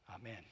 Amen